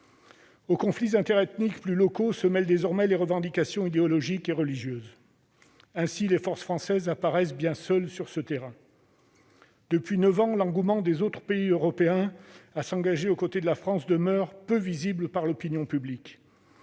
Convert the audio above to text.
Aux conflits interethniques plus locaux se mêlent désormais les revendications idéologiques et religieuses. Ainsi, les forces françaises apparaissent bien seules sur ce terrain. Depuis neuf ans, l'engouement des autres pays européens à s'engager aux côtés de la France demeure peu visible par l'opinion publique.